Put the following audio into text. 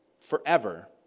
forever